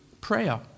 prayer